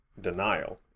denial